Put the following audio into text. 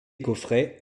coffrets